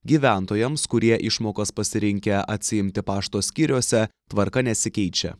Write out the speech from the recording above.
gyventojams kurie išmokas pasirinkę atsiimti pašto skyriuose tvarka nesikeičia